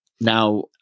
Now